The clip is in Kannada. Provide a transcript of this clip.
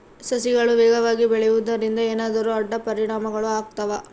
ಸಸಿಗಳು ವೇಗವಾಗಿ ಬೆಳೆಯುವದರಿಂದ ಏನಾದರೂ ಅಡ್ಡ ಪರಿಣಾಮಗಳು ಆಗ್ತವಾ?